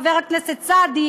חבר הכנסת סעדי,